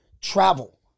travel